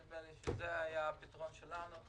נדמה לי שזה היה הפתרון שלנו,